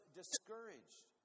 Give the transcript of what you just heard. discouraged